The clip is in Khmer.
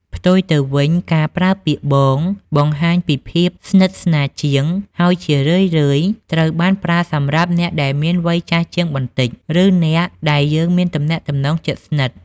ផ្ទុយទៅវិញ ការប្រើពាក្យ បង បង្ហាញពីភាពស្និទ្ធស្នាលជាង ហើយជារឿយៗត្រូវបានប្រើសម្រាប់អ្នកដែលមានវ័យចាស់ជាងបន្តិច ឬអ្នកដែលយើងមានទំនាក់ទំនងជិតស្និទ្ធ។